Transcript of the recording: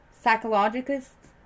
psychologists